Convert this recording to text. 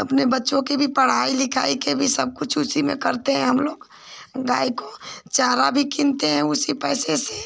अपने बच्चों की भी पढ़ाई लिखाई का भी सबकुछ उसी में करते हैं हमलोग गाय का चारा भी कीनते हैं उसी पैसे से